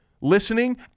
listening